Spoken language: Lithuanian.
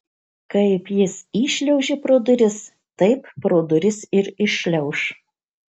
kaip jis įšliaužė pro duris taip pro duris ir iššliauš